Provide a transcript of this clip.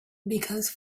because